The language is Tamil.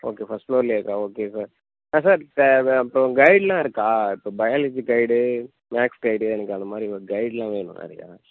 ஓகே ஃபர்ஸ்ட் ஃப்லோர்லையா சார் ஓகே சார் ஆ சார் இப்போ அப்புறம் கைடெலாம் இருக்கா இப்போ பயாலஜி கைடு மேக்ஸ் கைடு எனக்கு அந்த மாதிரி கைடெலாம் வேணும் நிறையா